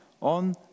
on